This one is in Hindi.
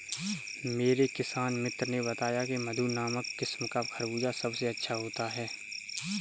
मेरे किसान मित्र ने बताया की मधु नामक किस्म का खरबूजा सबसे अच्छा होता है